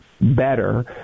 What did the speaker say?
better